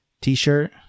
t-shirt